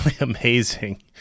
amazing